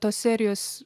tos serijos